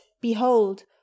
behold